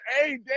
hey